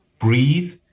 breathe